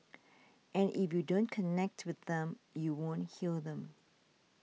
and if you don't connect with them you won't heal them